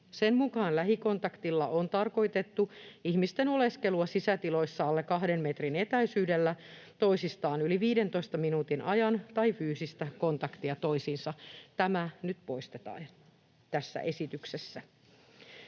Sen mukaan lähikontaktilla on tarkoitettu ihmisten oleskelua sisätiloissa alle kahden metrin etäisyydellä toisistaan yli 15 minuutin ajan tai fyysistä kontaktia toisiinsa. Tämä nyt poistetaan tässä esityksessä.